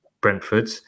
brentford